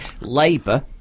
Labour